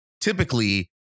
typically